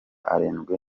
arindwi